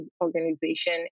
organization